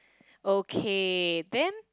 okay then